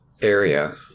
area